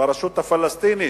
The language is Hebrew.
ברשות הפלסטינית,